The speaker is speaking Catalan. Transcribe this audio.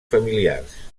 familiars